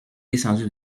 descendu